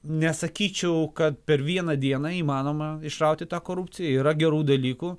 nesakyčiau kad per vieną dieną įmanoma išrauti tą korupciją yra gerų dalykų